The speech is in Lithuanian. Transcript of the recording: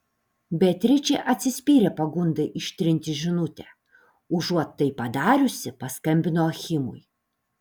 beatričė atsispyrė pagundai ištrinti žinutę užuot tai padariusi paskambino achimui